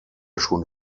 schon